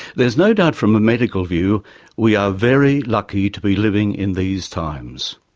there is no doubt from a medical view we are very lucky to be living in these times.